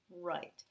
Right